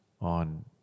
on